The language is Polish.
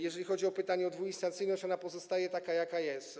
Jeżeli chodzi o pytanie o dwuinstancyjność, to ona pozostaje taka, jaka jest.